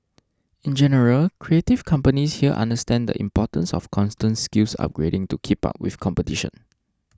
in general creative companies here understand the importance of constant skills upgrading to keep up with competition